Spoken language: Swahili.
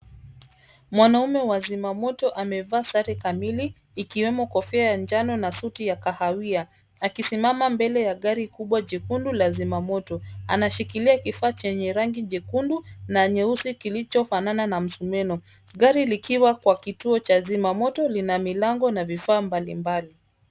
Mwanamume wa zimamoto amevaa sare kamili ikiwemo kofia ya njano na suti ya kahawia akisimama mbele ya gari kubwa jekundu la zimamoto. Anashikilia kifaa chenye rangi nyekundu na nyeusi kilichofanana na msumeno. Gari likiwa kwa kituo cha zimamoto lina milango na vifaa mbalimbali.